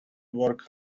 work